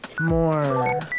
more